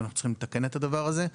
ואנחנו צריכים לתקן את הדבר הזה,